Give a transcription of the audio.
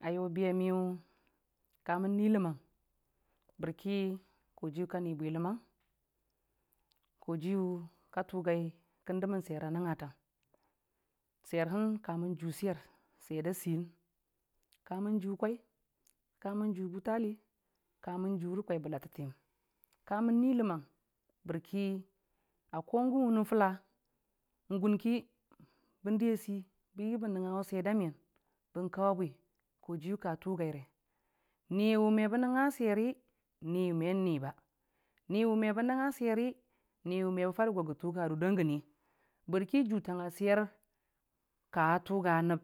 A yobi a miyʊ kəmən nui ləmang bərki kojiyʊ ka ni bwi ləmang kojiyʊ ka tʊgai kən dəmən swer a jutang swer hən kamən ju swer, swer da sein ka mən ju kwai kamən ju butai kamən jure kwaibə latətiyəm ka mən nui ləman bər ko wənə ko jərki bən di a sei nnəngngawe swerda miyən bən kawe bwi kojiyu ko tugaire ni wu mebə nəngnga sweri ni hi mən ni wu mebə nəngna sweri mebə fare go gə tuga dur dan gən bərki jutang a swer ka tuga nəb